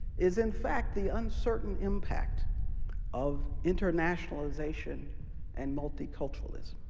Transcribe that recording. is, in fact, the uncertain impact of internationalization and multiculturalism.